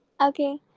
okay